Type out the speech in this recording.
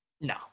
No